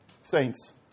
saints